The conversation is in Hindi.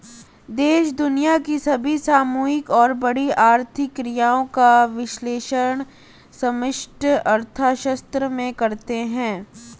देश दुनिया की सभी सामूहिक और बड़ी आर्थिक क्रियाओं का विश्लेषण समष्टि अर्थशास्त्र में करते हैं